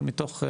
אבל מתוך,